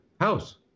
house